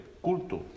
culto